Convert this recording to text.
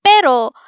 Pero